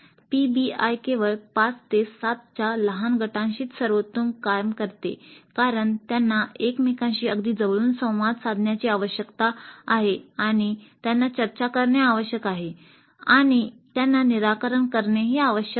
PBI केवळ 5 ते 7 च्या लहान गटांशीच सर्वोत्तम कार्य करते कारण त्यांना एकमेकांशी अगदी जवळून संवाद साधण्याची आवश्यकता आहे आणि त्यांना चर्चा करणे आवश्यक आहे आणि त्यांना निराकरण करणे आवश्यक आहे